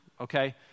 okay